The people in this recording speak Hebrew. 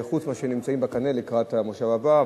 חוץ מאלה שנמצאים בקנה לקראת המושב הבא.